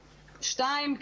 ושתיים,